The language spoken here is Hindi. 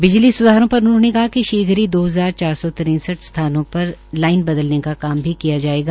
बिजली सुधारों पर उन्होंने कहा कि शीघ्र ही दो हजार चार सौ तिरेसठ स्थानों पर लाइने बदलने का काम भी किया जायेगा